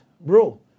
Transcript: bro